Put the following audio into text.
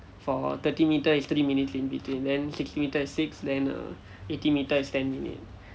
for thirty metre is three minutes in between then sixty metre is six then err eighty metre is ten minute